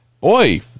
Boy